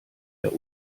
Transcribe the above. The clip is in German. der